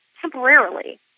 temporarily